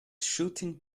shooting